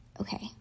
Okay